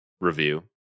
review